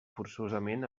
forçosament